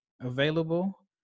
available